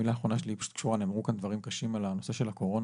המילה האחרונה שלי היא פשוט נאמרו כאן דברים קשים על הנושא של הקורונה.